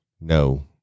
No